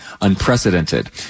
unprecedented